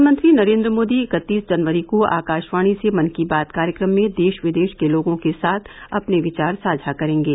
प्रधानमंत्री नरेन्द्र मोदी इकतीस जनकरी को आकाशवाणी से मन की बात कार्यक्रम में देश विदेश के लोगों के साथ अपने विचार साझा करेंगे